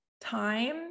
time